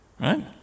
right